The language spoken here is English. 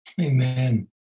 Amen